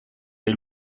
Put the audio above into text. dei